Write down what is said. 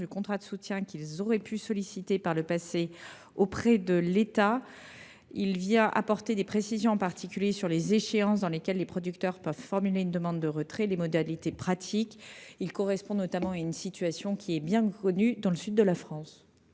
du contrat de soutien qu’ils auraient pu solliciter par le passé auprès de l’État. Il s’agit en particulier de préciser les échéances dans lesquelles les producteurs peuvent formuler une demande de retrait, ainsi que les modalités pratiques. Cela correspond notamment à une situation bien connue dans le sud de la France.